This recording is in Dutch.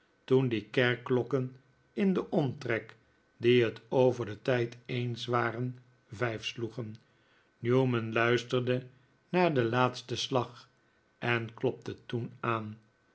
toen die kerkklokken in den omtrek die het oyer den tijd eens waren vijf sloegen newman luisterde naar den laatsten slag en klopte toen aan